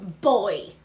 boy